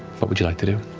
what would you like to do?